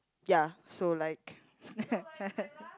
ya so like